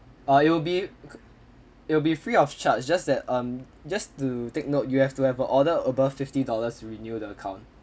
ah it'll be it'll be free of charge just that um just to take note you have to have a order above fifty dollars to renew the account